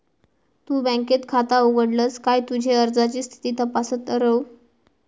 तु बँकेत खाता उघडलस काय तुझी अर्जाची स्थिती तपासत रव